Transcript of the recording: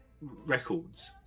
records